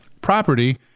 property